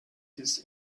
this